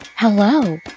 Hello